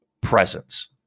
presence